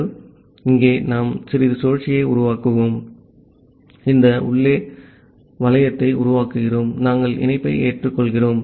ஆகவே இங்கே நாம் சிறிது சுழற்சியை உருவாக்குகிறோம் இந்த உள்ளே வளையத்தை உருவாக்குகிறோம் நாங்கள் இணைப்பை ஏற்றுக்கொள்கிறோம்